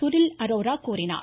சுனில் அரோரா கூறினார்